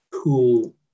cool